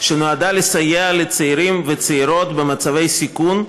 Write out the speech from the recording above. שנועדה לסייע לצעירים וצעירות במצבי סיכון,